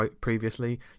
previously